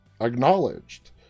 acknowledged